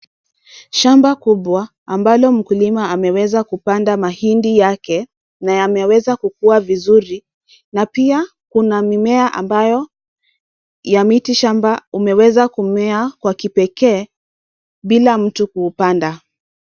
Shamba kubwa ambalo mkulima ameweza kupanda mahindi yake na yameweza kukua vizuri na pia kuna mimea ambayo, ya miti shamba umeweza kumea kwa kipekee bila mtu kuupanda.